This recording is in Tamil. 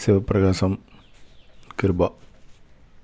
சிவப்பிரகாசம் கிருபா